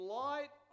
light